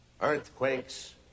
earthquakes